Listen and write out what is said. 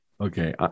Okay